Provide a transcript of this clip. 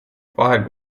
vahel